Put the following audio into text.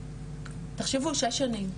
תחשבו שש שנים,